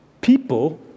people